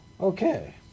Okay